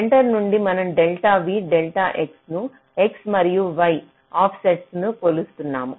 centre నుండి మనం delta v delta x ను x మరియు y ఆఫ్సెట్లుగా కొలుస్తున్నాము